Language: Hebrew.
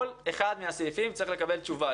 כל אחד מהסעיפים צריך לקבל תשובה.